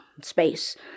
space